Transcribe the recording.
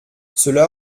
cela